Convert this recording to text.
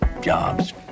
jobs